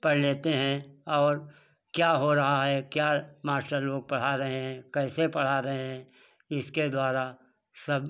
पढ़ लेते हैं और क्या हो रहा है क्या मास्टर लोग पढ़ा रहे हैं कैसे पढ़ा रहे हैं इसके द्वारा सब